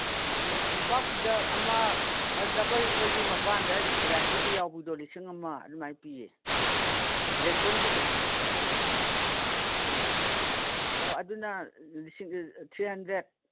ꯃꯣꯄꯥꯛ ꯐꯤꯗꯛ ꯑꯃ ꯗꯕꯜ ꯑꯩꯈꯣꯏꯒꯤ ꯃꯄꯥꯟꯗ ꯏꯂꯥꯁꯇꯤꯛꯀ ꯌꯥꯎꯕꯤꯗꯣ ꯂꯤꯁꯤꯡ ꯑꯃ ꯑꯗꯨꯃꯥꯏ ꯄꯤꯌꯦ ꯔꯦꯁꯣꯟꯒꯤꯗꯣ ꯎꯝ ꯎꯝ ꯑꯧ ꯑꯗꯨꯅ ꯊ꯭ꯔꯤ ꯍꯟꯗ꯭ꯔꯦꯠ